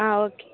okay